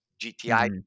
GTI